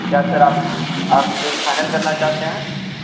کیا سر آپ آپ ڈیل فائنل کرنا چاہتے ہیں